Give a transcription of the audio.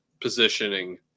positioning